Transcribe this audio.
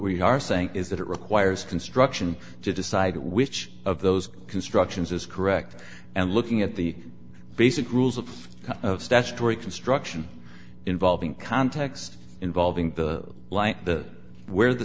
we are saying is that it requires construction to decide which of those constructions is correct and looking at the basic rules of statutory construction involving context involving the light the where the